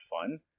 fun